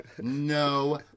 No